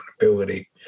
ability